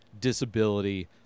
disability